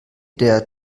der